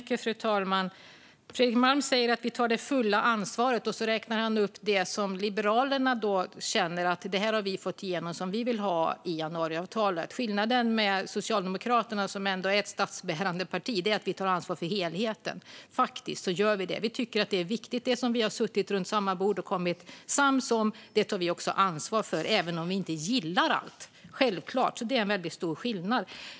Fru talman! Fredrik Malm säger att Liberalerna tar fullt ansvar, och han räknar upp det som de har velat få och fått igenom i januariavtalet. Det som skiljer oss åt är att Socialdemokraterna, som är ett statsbärande parti, tar ansvar för helheten. Det gör vi faktiskt. Det som vi har suttit runt samma bord och kommit överens om tar vi också ansvar för, även om vi självklart inte gillar allt. Det är stor skillnad.